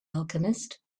alchemist